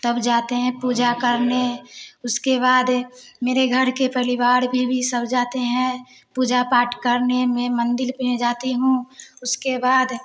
तब जाते हैं पूजा करने उसके बाद मेरे घर के परिवार में भी सब जाते हैं पूजा पाठ करने मैं मंदिर पर जाती हूँ उसके बाद